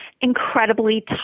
incredibly